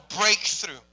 breakthrough